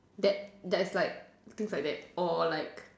that that is like things like that or like